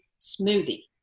smoothie